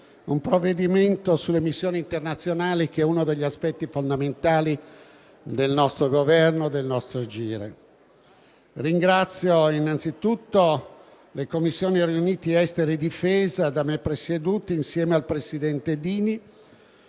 il provvedimento sulle missioni internazionali è uno degli aspetti fondamentali del nostro Governo e del nostro agire. Ringrazio innanzitutto le Commissioni riunite esteri e difesa, da me presiedute insieme al presidente Dini,